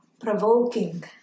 provoking